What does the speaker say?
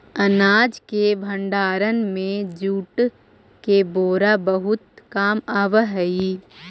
अनाज के भण्डारण में जूट के बोरा बहुत काम आवऽ हइ